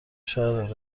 شاید